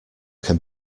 can